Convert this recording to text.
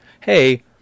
hey